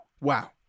Wow